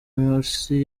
morsi